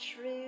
true